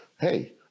hey